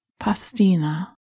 Pastina